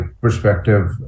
perspective